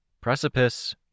Precipice